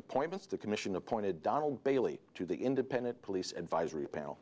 appointments the commission appointed donald bailey to the independent police advisory panel